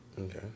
Okay